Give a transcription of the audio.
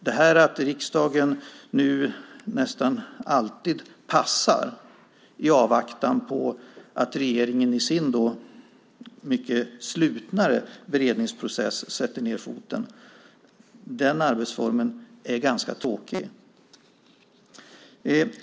Nu passar riksdagen nästan alltid i avvaktan på att regeringen i sin mycket mer slutna beredningsprocess ska sätta ned foten, och den arbetsformen är ganska tråkig.